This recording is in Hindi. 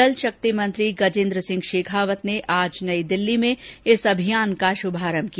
जल शक्ति मंत्री गजेंद्र सिंह शेखावत ने आज नई दिल्ली में इस अभियान का शुभारंभ किया